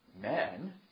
men